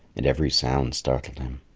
and every sound startled him.